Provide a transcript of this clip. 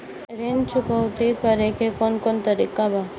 ऋण चुकौती करेके कौन कोन तरीका बा?